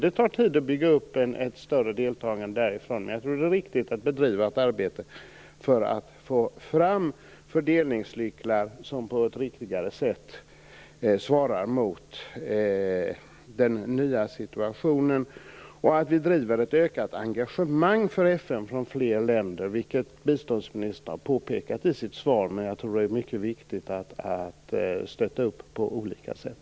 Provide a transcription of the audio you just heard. Det tar tid att bygga upp ett större deltagande därifrån. Men jag tror att det är viktigt att bedriva ett arbete för att få fram fördelningsnycklar som på ett riktigare sätt svarar mot den nya situationen och att vi driver ett ökat engagemang för FN från fler länder, vilket biståndsministern har påpekat i sitt svar. Jag tror att det är mycket viktigt att stötta detta på olika sätt.